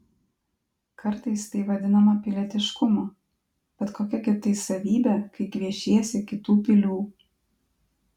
kartais tai vadinama pilietiškumu bet kokia gi tai savybė kai gviešiesi kitų pilių